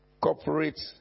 corporate